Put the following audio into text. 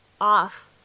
off